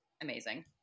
amazing